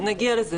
נגיע לזה.